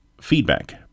feedback